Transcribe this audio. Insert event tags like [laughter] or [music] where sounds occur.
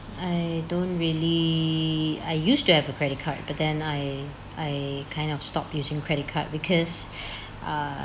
I don't really I used to have a credit card but then I I kind of stop using credit card because [breath] err